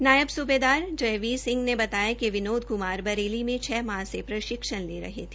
नायब सुबेदार जयवीर ने बताया कि विनोद कुमार बरेली में छ माह में प्रशिक्षण ले रहा था